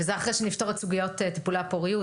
וזה אחרי שנפתור את סוגיות טיפולי הפוריות